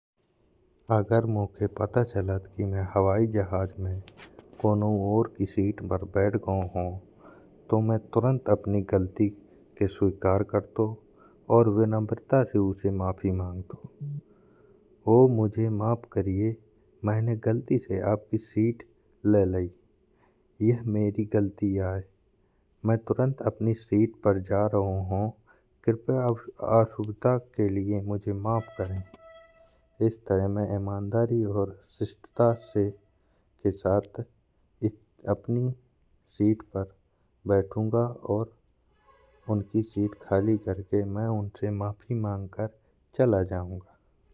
अगर मोखे पता चलत की हवाई जहाज में, मैं कोनऊ और की सीट में बैठ गओ हो। तो मैं तुरंत अपनी गलती के स्वीकार करतो और विनम्रता से उसे माफी माँगतों। ओ मुझे माफ करिये माईने गलती से अपनी सीट ले लाई। यह मेरी गलती आये मैं तुरंत अपनी सीट पर जा रो हो। कृपया असुविधा के लिए मुझे माफ करे इसी तरह मैं इमानदारी और शिष्टा से के साथ अपनी सीट पर बैठूंगा। और उनकी सीट खाली करके उनसे माफी मांगकर चला जाउंगा।